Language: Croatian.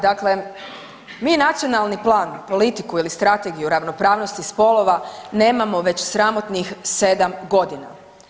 Dakle, mi Nacionalni plan, politiku ili Strategiju ravnopravnosti spolova nemamo već sramotnih 7 godina.